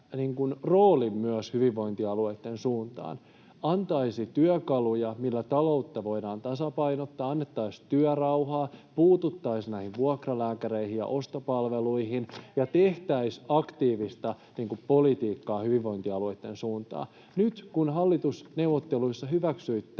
roolin myös hyvinvointialueitten suuntaan, antaisi työkaluja, millä taloutta voidaan tasapainottaa, annettaisiin työrauhaa, puututtaisiin näihin vuokralääkäreihin ja ostopalveluihin [Pia Sillanpää: No näinhän tehdään!] ja tehtäisiin aktiivista politiikkaa hyvinvointialueitten suuntaan. Nyt kun hallitusneuvotteluissa hyväksyitte